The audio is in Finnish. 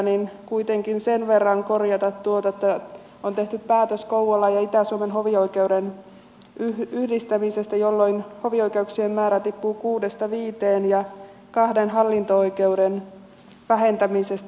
haluan kuitenkin sen verran korjata tuota että on tehty päätös kouvolan ja itä suomen hovioikeuksien yhdistämisestä jolloin hovioikeuksien määrä tippuu kuudesta viiteen ja kahden hallinto oikeuden vähentämisestä